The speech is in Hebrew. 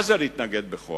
מה זה "להתנגד בכוח"?